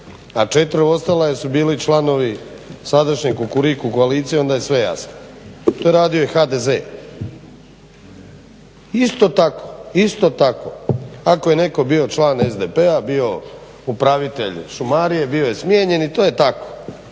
je 75%, a 4 ostala su bili članovi sadašnje Kukuriku koalicije onda je sve jasno. To je radio i HDZ, isto tako. Ako je netko bio član SDP-a, bio upravitelj šumarije, bio je smijenjen i to je tako.